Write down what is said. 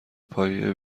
پایه